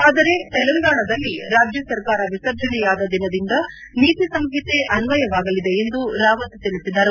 ಆದರೆ ತೆಲಂಗಾಣದಲ್ಲಿ ರಾಜ್ಯ ಸರ್ಕಾರ ವಿಸರ್ಜನೆಯಾದ ದಿನದಿಂದ ನೀತಿ ಸಂಹಿತೆ ಅನ್ನಯವಾಗಲಿದೆ ಎಂದು ರಾವತ್ ತಿಳಿಸಿದರು